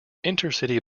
intercity